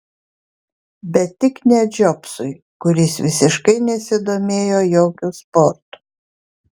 bet tik ne džobsui kuris visiškai nesidomėjo jokiu sportu